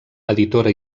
editora